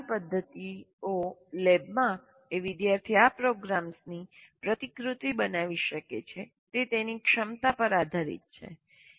આકારણી પદ્ધતિઓ લેબમાં એ વિદ્યાર્થી આ પ્રોગ્રામ્સની પ્રતિકૃતિ બનાવી શકે તે તેની ક્ષમતા પર આધારિત છે